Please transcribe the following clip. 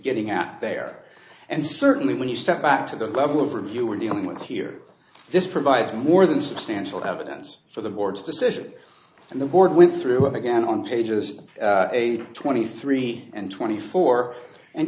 getting at there and certainly when you step back to the level of review we're dealing with here this provides more than substantial evidence for the board's decision and the board went through it again on pages twenty three and twenty four and